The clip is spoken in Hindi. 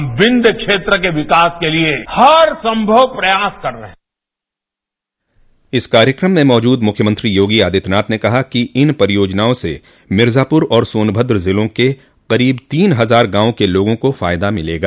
हम विंध्य क्षेत्र के विकास के लिए हर संभव प्रयास कर रहे हैं इस कार्यक्रम में मौजूद मुख्यमंत्री योगी आदित्यनाथ ने कहा कि इन परियोजनाओं से मिर्ज़ापुर और सोनभ्रद ज़िलों के करीब तीन हजार गांवों के लोगों को फायदा मिलेगा